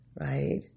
Right